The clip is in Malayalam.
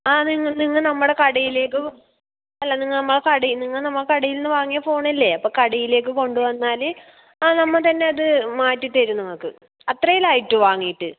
ആ നിങ്ങൾ നിങ്ങൾ നമ്മുടെ കടയിലേക്ക് അല്ല നിങ്ങൾ നമ്മുടെ നിങ്ങൾ നമ്മുടെ കടയിൽ നിന്ന് വാങ്ങിയ ഫോണല്ലെ അപ്പോൾ കടയിലേക്ക് കൊണ്ട് വന്നാല് ആ നമ്മൾ തന്നെ അത് മാറ്റിത്തരും നിങ്ങൾക്ക് അത്രയും അല്ലെ ഉള്ളു വാങ്ങിയിട്ട്